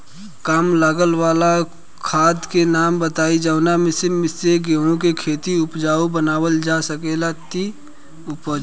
कम लागत वाला खाद के नाम बताई जवना से गेहूं के खेती उपजाऊ बनावल जा सके ती उपजा?